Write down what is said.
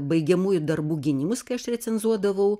baigiamųjų darbų gynimus kai aš recenzuodavau